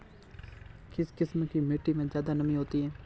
किस किस्म की मिटटी में ज़्यादा नमी होती है?